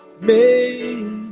made